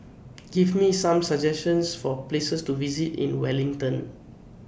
Give Me Some suggestions For Places to visit in Wellington